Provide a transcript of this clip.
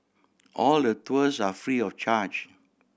all the tours are free of charge